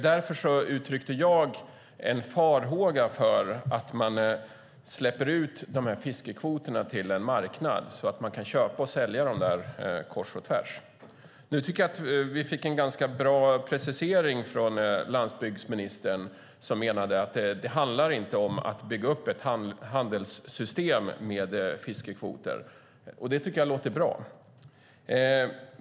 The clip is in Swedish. Därför uttryckte jag en farhåga för att man släpper ut de här fiskekvoterna till en marknad så att de går att köpa och sälja kors och tvärs. Nu tycker jag att vi fick en ganska bra precisering från landsbygdsministern, som menade att det inte handlar om att bygga upp ett handelssystem med fiskekvoter. Det tycker jag låter bra.